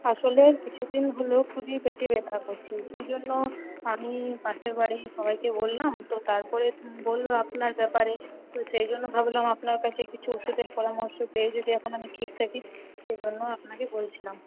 আসলে কিছুদিন হলো খুবই পেটে ব্যাথা করছে সেই জন্য আমি পাশের বাড়ির সবাইকে বললাম তো তারপরে বললো আপনার ব্যাপারে তো সেই জন্য ভাবলাম আপনার কাছে কিছু ওষুধের পরামর্শ পেয়ে যদি এখন আমি ঠিক থাকি সেই জন্য আপনাকে বলছিলাম